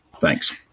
Thanks